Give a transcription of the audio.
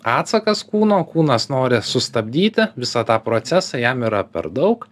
atsakas kūno kūnas nori sustabdyti visą tą procesą jam yra per daug